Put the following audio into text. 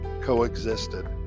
coexisted